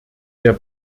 der